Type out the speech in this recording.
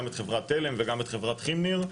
יש גם את חברת תלם וגם את חברת כימניר,